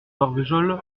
marvejol